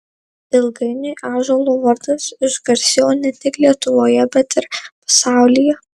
ilgainiui ąžuolo vardas išgarsėjo ne tik lietuvoje bet ir pasaulyje